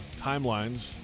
timelines